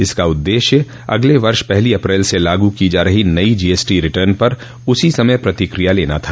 इसका उद्देश्य अगले वर्ष पहली अप्रैल से लागू की जा रही नई जीएसटी रिटर्न पर उसी समय प्रतिक्रिया लेना था